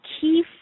key